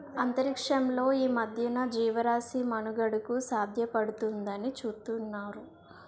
అంతరిక్షంలో ఈ మధ్యన జీవరాశి మనుగడకు సాధ్యపడుతుందాని చూతున్నారు